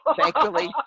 thankfully